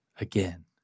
again